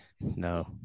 No